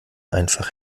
einfach